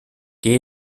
que